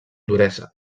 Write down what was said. duresa